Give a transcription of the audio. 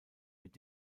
mit